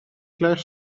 klaar